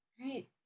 right